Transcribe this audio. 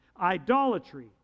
idolatry